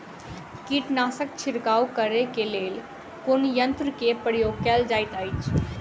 कीटनासक छिड़काव करे केँ लेल कुन यंत्र केँ प्रयोग कैल जाइत अछि?